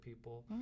people